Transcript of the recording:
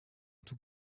tout